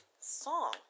song